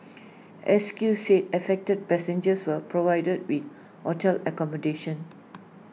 S Q said affected passengers were provided with hotel accommodation